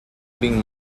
being